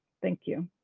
thank you.